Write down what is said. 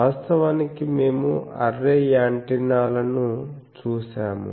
వాస్తవానికి మేము అర్రే యాంటెన్నాలను చూశాము